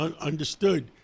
Understood